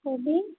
cabbage